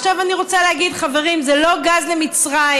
עכשיו, אני רוצה להגיד, חברים, זה לא גז למצרים.